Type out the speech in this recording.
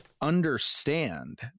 understand